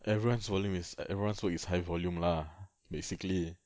everyone's volume is err everyone's work is high volume lah basically